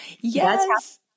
Yes